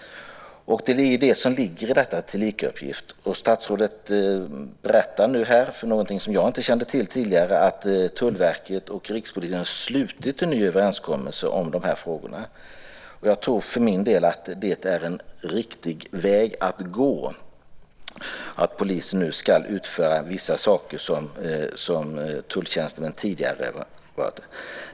Det är detta som ligger i "tillikauppgift". Statsrådet redogör nu för något som jag inte kände till tidigare, nämligen att Tullverket och Rikspolisstyrelsen har slutit en ny överenskommelse om dessa frågor. Jag tror för min del att det är en riktig väg att gå att polisen nu ska utföra vissa saker som tulltjänstemän tidigare har gjort.